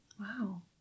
Wow